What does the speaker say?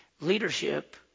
leadership